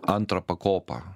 antrą pakopą